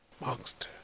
Monster